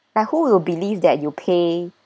like who will believe that you pay